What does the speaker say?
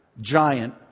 giant